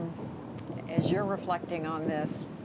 as you're reflecting on this,